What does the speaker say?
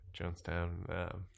Jonestown